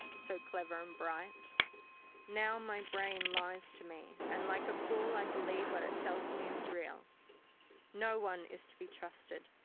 so clever and bright now my brain lies to me and like a fool i believe what it tells me is real no one is to be trusted,